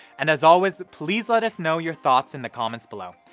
and as always, please let us know your thoughts in the comments below.